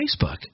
Facebook